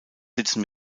sitzen